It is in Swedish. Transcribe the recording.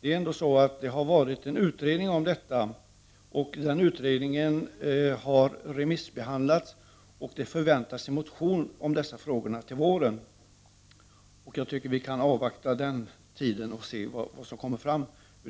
Jag vill här säga att det har gjorts en utredning. Remissbehandling har skett. Nu förväntas en motion i dessa frågor till våren. Jag tycker att vi kan avvakta och se vad som då kommer fram.